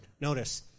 Notice